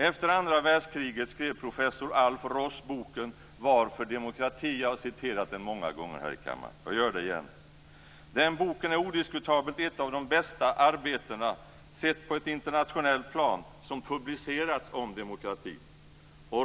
Efter andra världskriget skrev professor Alf Ross boken Varför demokrati? Jag har citerat ur den många gånger här i kammaren, och jag gör det nu igen. Den boken är odiskutabelt ett av de bästa arbeten, sett på ett internationellt plan, som publicerats om demokratin.